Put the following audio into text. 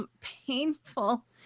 painful